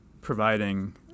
providing